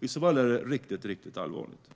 I sådana fall är det riktigt allvarligt.